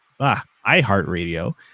iHeartRadio